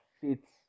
fits